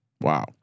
Wow